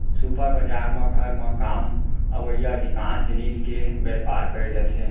super बजार म घर म काम अवइया अधिकांस जिनिस के बयपार करे जाथे